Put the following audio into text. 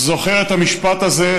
אני זוכר את המשפט הזה.